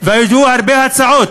והיו הרבה הצעות,